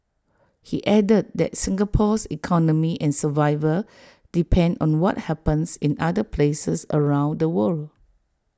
he added that Singapore's economy and survival depend on what happens in other places around the world